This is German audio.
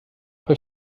bei